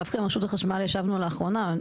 דווקא עם רשות החשמל ישבנו לאחרונה.